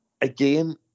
again